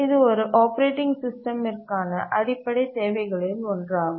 இது ஒரு ஆப்பரேட்டிங் சிஸ்டமிற்கான அடிப்படைத் தேவைகளில் ஒன்றாகும்